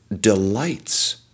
delights